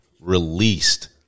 Released